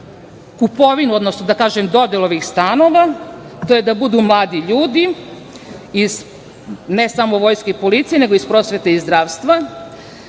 kupovinu, odnosno da kažem dodelu ovih stanova, to je da budu mladi ljudi, ne samo iz Vojske i policije nego i iz prosvete i zdravstva. Bitno